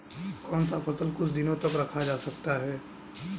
कौन सा फल कुछ दिनों तक रखा जा सकता है?